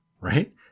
right